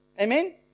Amen